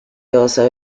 also